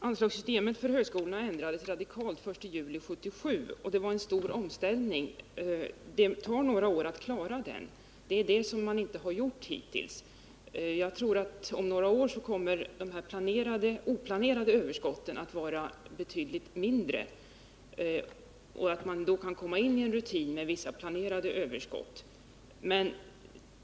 Herr talman! Anslagssystemet för högskolorna ändrades radikalt den 1 juli 1977. Det var en stor omställning. Det tar några år att klara den, och det är det som man hittills inte har gjort. Jag tror att de oplanerade överskotten kommer att vara betydligt mindre om några år och att man då kan komma in i en rutin med vissa planerade överskott.